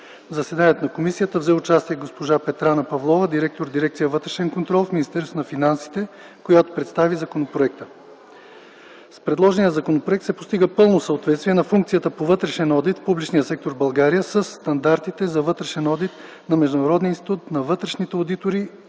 заседанието на комисията взе участие госпожа Петрана Павлова – директор на дирекция „Вътрешен контрол” в Министерството на финансите, която представи законопроекта. С предложения законопроект се постига пълно съответствие на функцията по вътрешен одит в публичния сектор в България със стандартите за вътрешен одит на Международния институт на вътрешните одитори